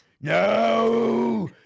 No